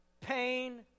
pain